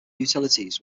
utilities